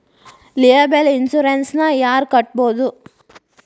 Liable insurance ನ ಯಾರ್ ಕಟ್ಬೊದು?